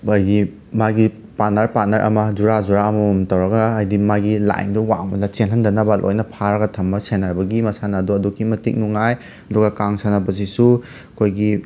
ꯕꯌꯤꯞ ꯃꯥꯒꯤ partner partner ꯑꯃ ꯖꯨꯔꯥ ꯖꯨꯔꯥ ꯑꯃꯃꯝ ꯇꯧꯔꯒ ꯍꯥꯏꯗꯤ ꯃꯥꯒꯤ ꯂꯥꯏꯟꯗꯣ ꯋꯥꯡꯃꯗ ꯆꯦꯜꯍꯟꯗꯅꯕ ꯂꯣꯏꯅ ꯐꯥꯔꯒ ꯊꯝꯕ ꯁꯦꯟꯅꯕꯒꯤ ꯃꯁꯥꯟꯅ ꯑꯗꯣ ꯑꯗꯨꯛꯀꯤ ꯃꯇꯤꯛ ꯅꯨꯡꯉꯥꯏ ꯑꯗꯨꯒ ꯀꯥꯡ ꯁꯥꯟꯅꯕꯁꯤꯁꯨ ꯑꯩꯈꯣꯏꯒꯤ